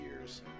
years